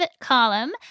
column